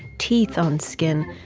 teeth on skin.